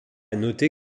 noter